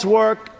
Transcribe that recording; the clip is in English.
work